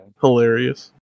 Hilarious